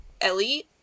Ellie